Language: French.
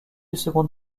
second